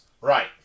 Right